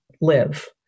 live